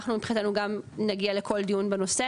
אנחנו מבחינתנו גם נגיע לכל דיון בנושא